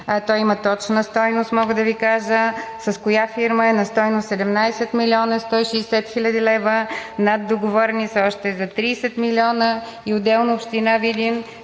той има точна стойност. Мога да Ви кажа с коя фирма е на стойност 17 млн. 160 хил. лв., наддоговорени са още за 30 милиона и отделно община Видин